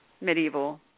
medieval